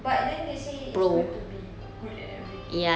but then they say it's good to be good at everything